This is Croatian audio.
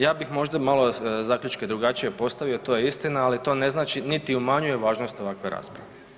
Ja bih možda malo zaključke drugačije postavio, to je istina, ali to ne znači niti umanjuje važnost ovakve rasprave.